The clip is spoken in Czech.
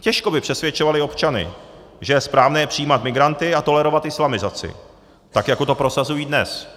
Těžko by přesvědčovali občany, že je správné přijímat migranty a tolerovat islamizaci, tak jako to prosazují dnes.